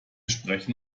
sprechen